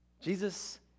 Jesus